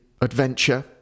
adventure